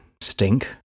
stink